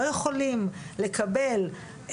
לא יכולים לקבל,